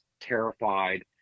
terrified